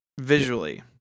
visually